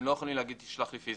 הם לא יכולים להגיד תשלח לי פיזית.